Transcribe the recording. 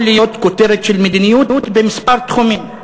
יכול להיות כותרת של מדיניות בכמה תחומים.